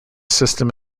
system